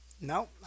No